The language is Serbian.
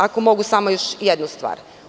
Ako mogu samo još jednu stvar?